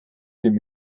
dem